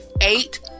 Eight